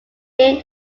named